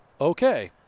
Okay